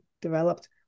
developed